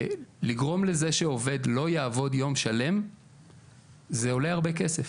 לגרום לזה שעובד לא יעבוד יום שלם זה עולה הרבה כסף,